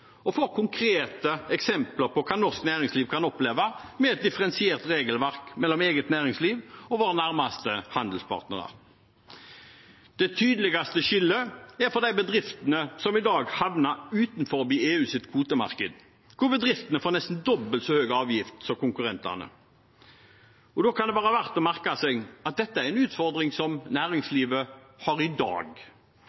og får konkrete eksempler på hva norsk næringsliv kan oppleve med et differensiert regelverk mellom eget næringsliv og våre nærmeste handelspartnere. Det tydeligste skillet er for de bedriftene som i dag havner utenfor EUs kvotemarked, hvor bedriftene får nesten dobbelt så høy avgift som konkurrentene. Da kan det være verdt å merke seg at dette er en utfordring som